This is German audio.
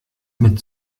mit